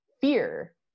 fear